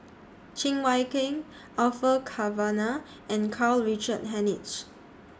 Cheng Wai Keung Orfeur Cavenagh and Karl Richard Hanitsch